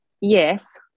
Yes